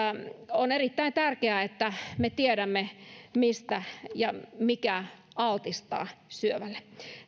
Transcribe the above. on erittäin tärkeää että me tiedämme mikä altistaa syövälle